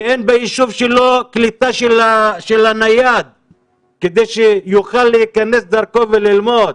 כי אין ביישוב שלו קליטה של הנייד כדי שיוכל להיכנס דרכו וללמוד.